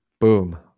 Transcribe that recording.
boom